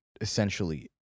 essentially